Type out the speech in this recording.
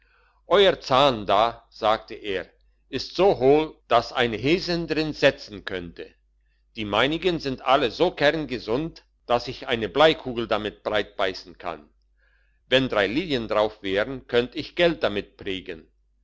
euer zahn da sagte er ist so hohl dass eine häsin drin setzen könnte die meinigen sind alle so kerngesund dass ich eine bleikugel damit breit beissen kann wenn drei lilien drauf wären könnt ich geld damit prägen